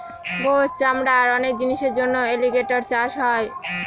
গোস, চামড়া আর অনেক জিনিসের জন্য এলিগেটের চাষ হয়